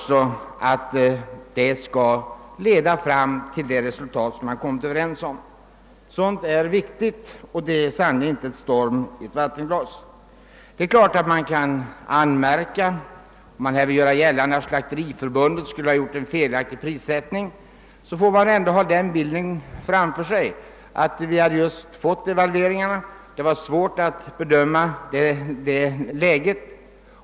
Sådant är viktigt, och när vi påpekar vad som här skett är det sannerligen inte att blåsa upp någon storm i ett vattenglas. Det är klart att man kan göra gällande att Slakteriförbundets prissättning varit felaktig. Man bör då emellertid komma ihåg, att devalveringarna hade företagits just vid den tidpunkten, och det var svårt att bedöma läget.